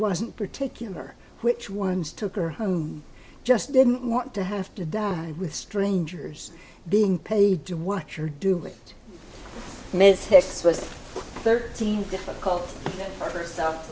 wasn't particular which ones took her home just didn't want to have to die with strangers being paid to watch or do mistakes was thirteen difficult for herself